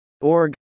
Org